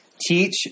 teach